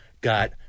got